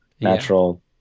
natural